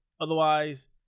Otherwise